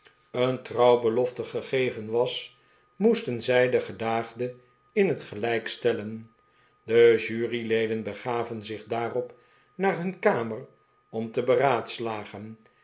een trouwbelofte gegeven was moesten zij den gedaagde in het gelijk stellen de juryleden begaven zich daarop naar hun kamer om te beraadslagen en